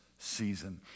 season